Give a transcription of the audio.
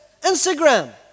Instagram